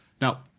Now